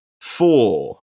four